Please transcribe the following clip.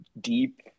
deep